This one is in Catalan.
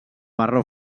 marró